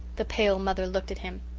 the pale mother looked at him.